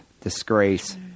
disgrace